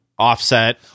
offset